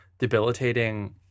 Debilitating